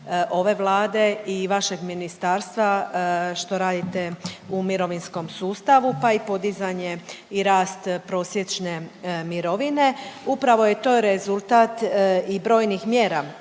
ove Vlade i vašeg ministarstva što radite u mirovinskom sustavu pa i podizanje i rast prosječne mirovine. Upravo je to rezultat i brojnih mjera